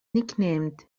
nicknamed